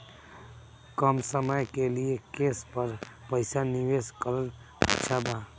कम समय के लिए केस पर पईसा निवेश करल अच्छा बा?